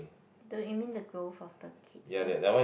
the you mean the growth of the kids ah